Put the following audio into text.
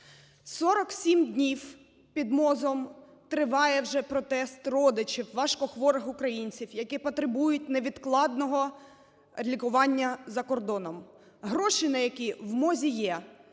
47 днів під МОЗом триває вже протест родичів важкохворих українців, які потребують невідкладного лікування за кордоном, гроші на які в МОЗі є,